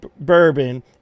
bourbon